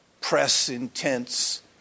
press-intense